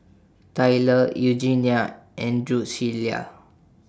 Tylor Eugenia and Drucilla